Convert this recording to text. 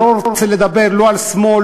אני לא רוצה לדבר לא על שמאל,